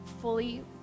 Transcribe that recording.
fully